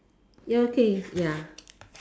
ya okay ya